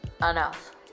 enough